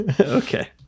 Okay